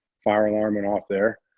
fire alarm went off there.